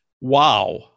Wow